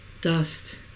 Dust